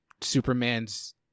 Superman's